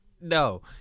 No